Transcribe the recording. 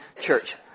church